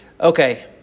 okay